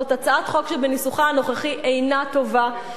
זאת הצעת חוק שבניסוחה הנוכחי אינה טובה.